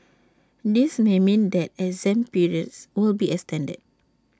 this may mean that exam periods will be extended